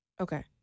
Okay